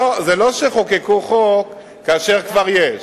זה לא שחוקקו חוק כאשר כבר יש.